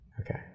Okay